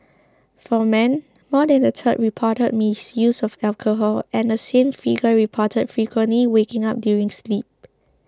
for men more than a third reported misuse of alcohol and the same figure reported frequently waking up during sleep